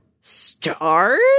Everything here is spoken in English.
Stars